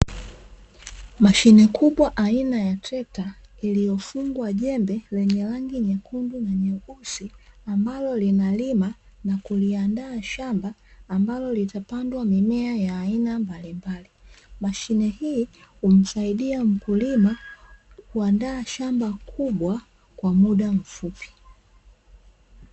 Mashine kubwa aina ya trekta iliyofungwa jembe lenye rangi nyekundu na nyeusi, ambalo linalima na kuliandaa shamba ambalo litapandwa mimea ya aina mbalimbali. Mashine hii humsaidia mkulima kuandaa shamba kubwa kwa muda mfupi.